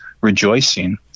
rejoicing